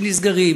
שנסגר,